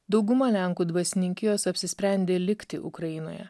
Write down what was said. dauguma lenkų dvasininkijos apsisprendė likti ukrainoje